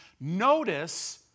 Notice